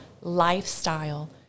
lifestyle